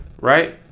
right